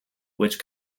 which